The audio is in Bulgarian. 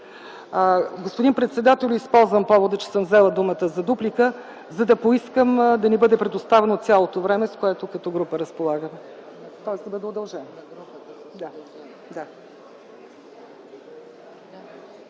Господин председател, използвам повода, че съм взела думата за дуплика, за да поискам да ни бъде предоставено цялото време, с което като група разполагаме. ПРЕДСЕДАТЕЛ ЛЪЧЕЗАР